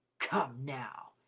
come, now!